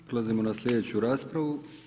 Prelazimo na sljedeću raspravu.